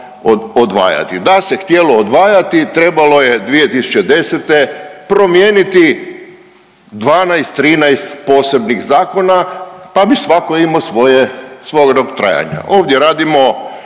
Da se htjelo odvajati trebalo je 2010. promijeniti 12, 13 posebnih zakona pa bi svako imao svoje, svoj rok trajanja.